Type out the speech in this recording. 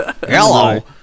hello